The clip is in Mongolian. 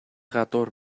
гадуур